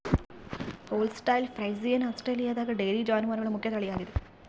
Holstein Friesian ಆಸ್ಟ್ರೇಲಿಯಾದಗ dairy ಜಾನುವಾರುಗಳ ಮುಖ್ಯ ತಳಿಯಾಗಿದೆ